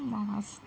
हां मस्तच